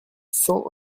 cents